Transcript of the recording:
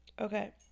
Okay